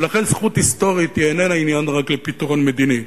לכן, זכות היסטורית איננה עניין רק לפתרון מדיני.